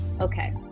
Okay